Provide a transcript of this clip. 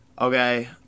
Okay